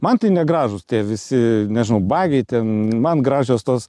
man tai negražūs tie visi nežinau bagiai ten man gražios tos